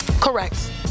Correct